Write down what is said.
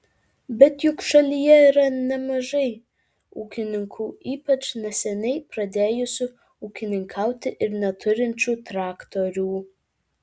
bet juk šalyje yra nemažai ūkininkų ypač neseniai pradėjusių ūkininkauti ir neturinčių traktorių